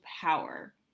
power